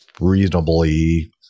reasonably